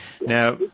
Now